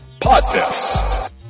podcast